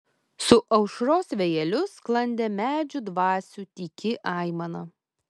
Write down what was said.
su aušros vėjeliu sklandė medžių dvasių tyki aimana